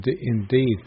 Indeed